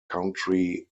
country